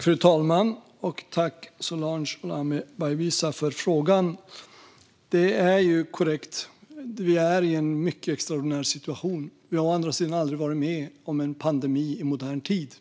Fru talman! Jag tackar Solange Olame Bayibsa för frågan. Det är korrekt att vi är i en extraordinär situation. Vi har å andra sidan aldrig varit med om en pandemi i modern tid.